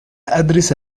أدرس